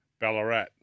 Ballarat